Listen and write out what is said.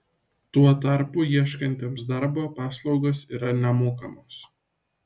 tuo tarpu ieškantiems darbo paslaugos yra nemokamos